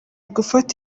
gufata